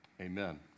amen